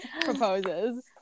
proposes